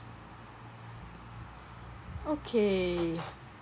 okay